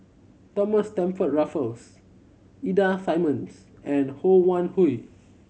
Thomas Stamford Raffles Ida Simmons and Ho Wan Hui